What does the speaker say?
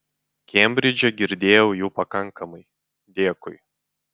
kembridže girdėjau jų pakankamai dėkui